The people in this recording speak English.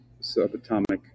subatomic